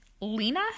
Lena